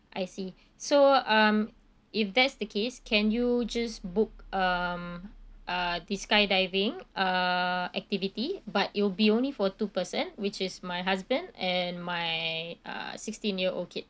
I see so um if that's the case can you just book um uh the skydiving uh activity but it will be only for two person which is my husband and my uh sixteen year old kid